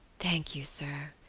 thank you, sir,